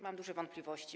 Mam duże wątpliwości.